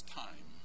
time